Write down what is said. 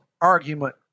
argument